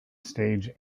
stage